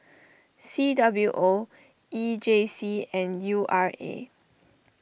C W O E J C and U R A